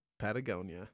Patagonia